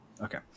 Okay